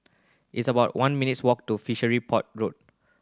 it's about one minutes walk to Fishery Port Road